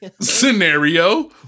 scenario